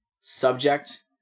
subject